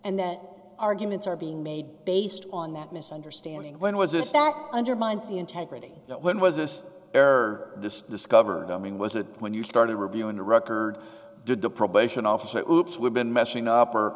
and the arguments are being made based on that misunderstanding when was it that undermines the integrity that when was this error this discovered i mean was it when you started reviewing the records did the probation office that loops were been messing up or